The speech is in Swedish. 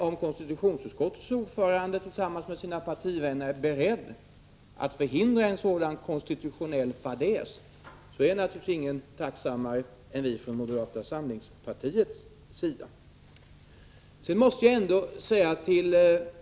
Om konstitutionsutskottets ordförande tillsammans med sina partivänner är beredd att förhindra en sådan konstitutionell fadäs är ingen tacksammare än vi från moderata samlingspartiet.